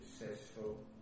successful